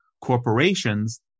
corporations